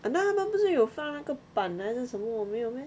!hanna! 他们不是有放那个板还是什么没有 meh